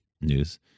news